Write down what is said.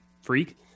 Freak